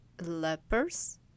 lepers